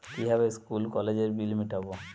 কিভাবে স্কুল কলেজের বিল মিটাব?